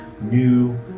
new